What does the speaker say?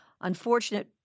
unfortunate